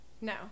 No